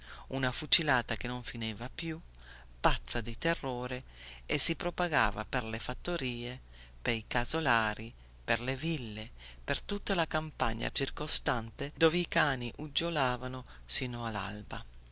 una fucilata che non finiva più pazza di terrore e si propagava per le fattorie pei casolari per le ville per tutta la campagna circostante dove i cani uggiolavano sino allalba la